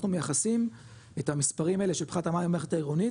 אנחנו מייחסים את המספרים האלה של פחת המים המערכת העירונית,